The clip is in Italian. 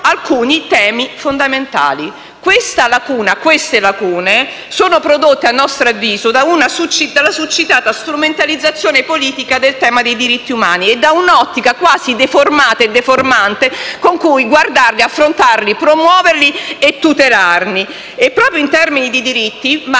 alcuni temi fondamentali. Queste lacune sono prodotte, a nostro avviso, dalla succitata strumentalizzazione politica del tema dei diritti umani e da un'ottica quasi deformata e deformante con cui guardarli, affrontarli, promuoverli e tutelarli. Proprio in termini di diritti -